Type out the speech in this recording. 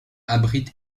abrite